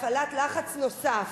לקידום הצעת החוק ולהפעלת לחץ נוסף.